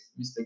Mr